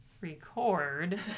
record